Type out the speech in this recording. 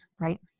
right